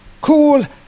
Cool